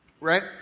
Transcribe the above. Right